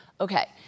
Okay